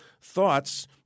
thoughts